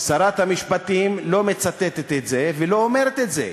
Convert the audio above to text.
שרת המשפטים לא מצטטת את זה ולא אומרת את זה.